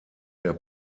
der